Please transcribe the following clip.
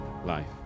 life